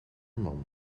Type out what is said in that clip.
man